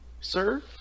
sir